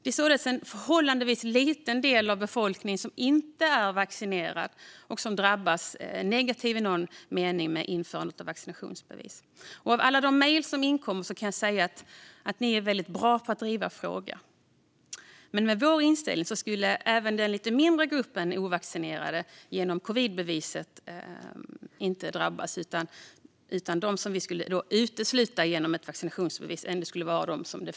Det är en förhållandevis liten del av befolkningen som inte är vaccinerad och som i någon mening drabbas negativt av införandet av vaccinationsbevis, och att döma av alla mejl som kommit kan jag säga att man är bra på att driva frågan. Med vår inställning skulle den lilla gruppen ovaccinerade inte drabbas. Endast de som de facto är sjuka skulle uteslutas.